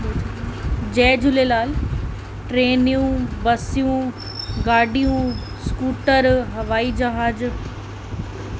जय झूलेलाल ट्रेनियूं बसियूं गाॾियूं स्कूटर हवाई जहाज